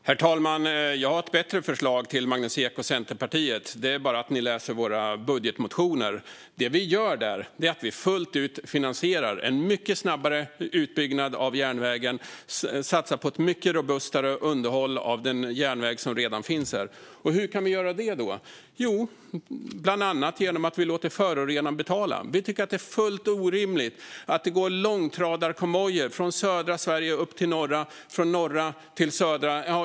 Herr talman! Jag har ett bättre förslag till Magnus Ek och Centerpartiet: Det är bara att ni läser våra budgetmotioner. Det vi gör är att fullt ut finansiera en mycket snabbare utbyggnad av järnvägen och att satsa på ett mycket robustare underhåll av den järnväg som redan finns. Hur kan vi göra det? Jo, bland annat genom att vi låter förorenaren betala. Vi tycker att det är helt orimligt att det går långtradarkonvojer från södra Sverige till norra Sverige och från norr till söder.